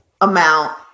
amount